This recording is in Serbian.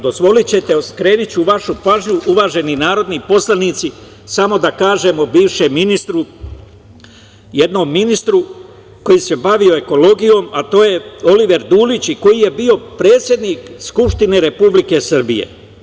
Dozvoliće te, skrenuću vašu pažnju, uvaženi narodni poslanici, samo da kažem o bivšem ministru, jednom ministru koji se bavio ekologijom, a to je Oliver Dulić koji je bio predsednik Skupštine Republike Srbije.